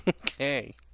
Okay